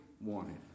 Wanted